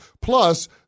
Plus